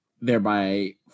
thereby